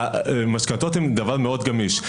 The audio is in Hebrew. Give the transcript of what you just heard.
משכנתאות זה דבר מאוד גמיש,